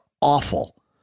awful